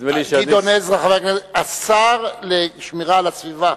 נדמה לי, גדעון עזרא, השר לשעבר לשמירה על הסביבה.